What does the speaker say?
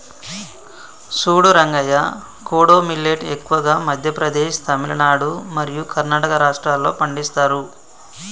సూడు రంగయ్య కోడో మిల్లేట్ ఎక్కువగా మధ్య ప్రదేశ్, తమిలనాడు మరియు కర్ణాటక రాష్ట్రాల్లో పండిస్తారు